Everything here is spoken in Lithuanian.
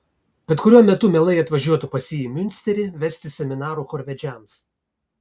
bet kuriuo metu mielai atvažiuotų pas jį į miunsterį vesti seminarų chorvedžiams